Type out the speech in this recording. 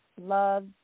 love